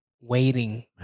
waiting